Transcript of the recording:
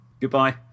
Goodbye